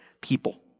people